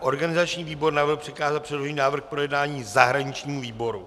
Organizační výbor navrhl přikázat předložený návrh k projednání zahraničnímu výboru.